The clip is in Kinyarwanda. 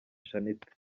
shanitah